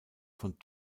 von